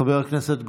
חבר הכנסת גולן,